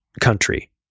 country